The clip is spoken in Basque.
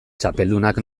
txapeldunak